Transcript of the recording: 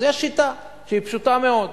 אז יש שיטה שהיא פשוטה מאוד,